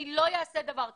אני לא אעשה דבר כזה.